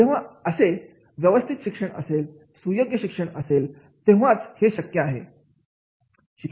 आणि जेव्हा असे व्यवस्थित शिक्षण असेल सुयोग्य शिक्षण असेल तेव्हाच हे शक्य आहे